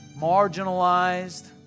marginalized